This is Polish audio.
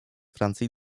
francji